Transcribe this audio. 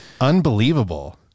Unbelievable